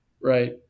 right